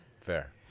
Fair